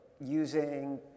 Using